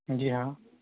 जी हाँ